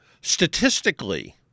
Statistically